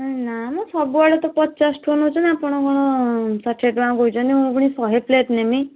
ଏ ନା ମ ସବୁଆଡ଼େ ତ ପଚାଶ ଟଙ୍କା ନେଉଛନ୍ତି ଆପଣ କ'ଣ ଷାଠିଏ ଟଙ୍କା କହୁଛନ୍ତି ମୁଁ ପୁଣି ଶହେ ପ୍ଲେଟ୍ ନେବି